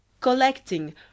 Collecting